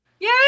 Yay